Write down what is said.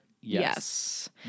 yes